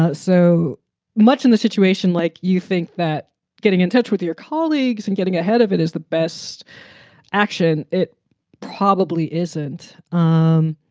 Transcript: ah so much in a situation like you think that getting in touch with your colleagues and getting ahead of it is the best action. it probably isn't. um